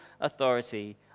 authority